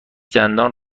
دندان